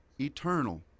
eternal